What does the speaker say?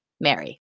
Mary